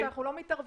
אני מסבך את המשרד.